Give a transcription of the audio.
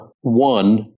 one